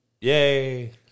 Yay